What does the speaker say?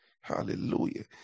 Hallelujah